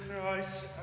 Christ